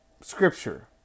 scripture